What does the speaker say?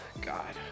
god